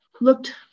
looked